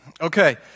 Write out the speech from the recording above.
Okay